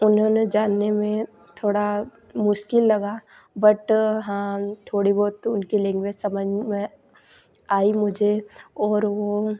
उन्होंने जानने में थोड़ा मुश्किल लगा बट हाँ थोड़ी बहुत उनकी लैंग्वेज समझ में आई मुझे और वो